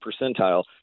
percentile